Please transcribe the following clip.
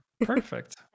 Perfect